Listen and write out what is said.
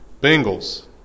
Bengals